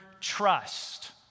trust